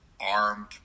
armed